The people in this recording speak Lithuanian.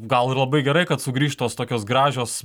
gal ir labai gerai kad sugrįš tos tokios gražios